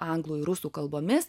anglų ir rusų kalbomis